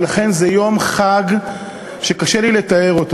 ולכן, זה יום חג שקשה לי לתאר אותו.